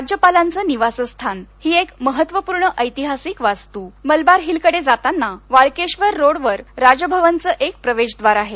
राज्यपालांचं निवासस्थान ही एक महत्त्वपूर्ण ऐतिहासिक वास्तू मलबार हिलकडे जाताना वाळकेश्वर रोडवर राजभवनचे एक प्रवेशद्वार आहे